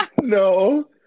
no